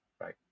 right